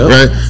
Right